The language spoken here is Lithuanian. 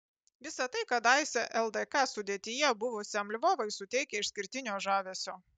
visa tai kadaise ldk sudėtyje buvusiam lvovui suteikia išskirtinio žavesio